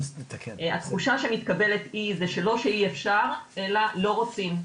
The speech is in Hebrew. התחושה שמתקבלת היא שלא שאי-אפשר, אלא לא רוצים.